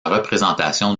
représentation